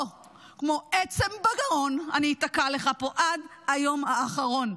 פה כמו עצם בגרון אני איתקע לך עד היום האחרון.